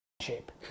shape